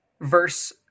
verse